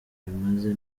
bimaze